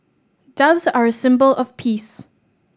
doves are a symbol of peace